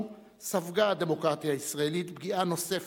ספגה הדמוקרטיה הישראלית פגיעה נוספת,